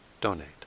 donate